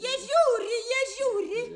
jie žiūri jie žiūri